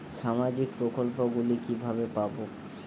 সামাজিক প্রকল্প গুলি কিভাবে পাব?